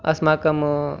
अस्माकं